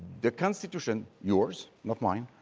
the constitution, yours not mine,